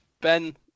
ben